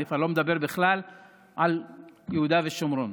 אני לא מדבר בכלל על יהודה ושומרון.